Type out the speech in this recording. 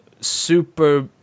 super